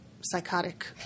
psychotic